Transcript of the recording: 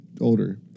older